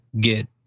get